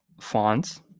fonts